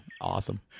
Awesome